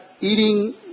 eating